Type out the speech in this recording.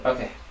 Okay